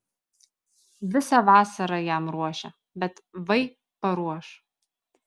visą vasarą jam ruošia bet vai paruoš